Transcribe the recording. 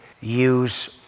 use